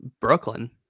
Brooklyn